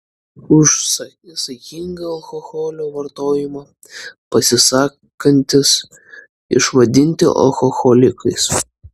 už saikingą alkoholio vartojimą pasisakantys išvadinti alkoholikais